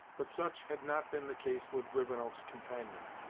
but such had not been the case with rivenoak's companion.